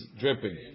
dripping